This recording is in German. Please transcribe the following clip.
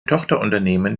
tochterunternehmen